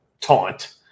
taunt